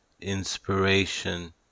inspiration